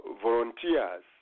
volunteers